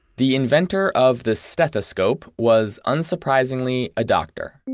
the inventor of the stethoscope was, unsurprisingly, a doctor.